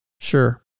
Sure